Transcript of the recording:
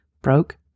broke